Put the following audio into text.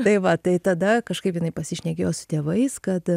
tai va tai tada kažkaip jinai pasišnekėjo su tėvais kad